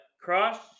cross